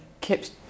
kept